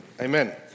Amen